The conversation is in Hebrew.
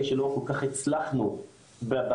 אחרי שלא כל-כך הצלחנו במניעה,